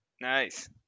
Nice